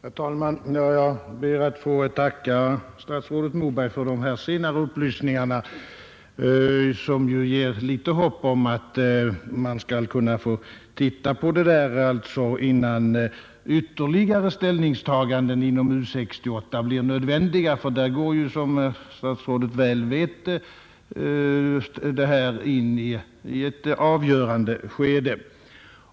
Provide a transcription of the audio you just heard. Herr talman! Jag ber att få tacka statsrådet Moberg för de upplysningar som nu senast lämnades och som ger en smula hopp om att få ta del av resultaten av försöksverksamheten innan ytterligare ställningstaganden inom U 68 blir nödvändiga. Inom utredningen går nämligen, såsom statsrådet väl vet, behandlingen av denna fråga nu in i ett avgörande skede.